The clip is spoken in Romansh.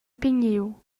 pigniu